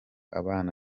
abana